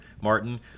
Martin